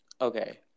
Okay